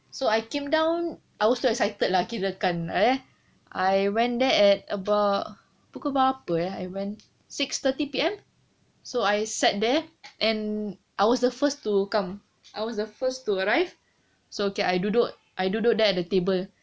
so I came down I was so excited lah kirakan eh I went there at about pukul berapa eh I went six thirty P_M so I sat there and I was the first to come I was the first to arrive so okay I duduk I duduk there at the table